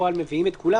בפועל מביאים את כולם